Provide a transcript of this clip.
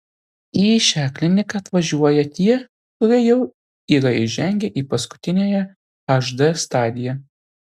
į šią kliniką atvažiuoja tie kurie jau yra įžengę į paskutiniąją hd stadiją